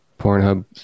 Pornhub